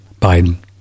Biden